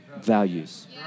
values